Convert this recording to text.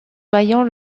vaillant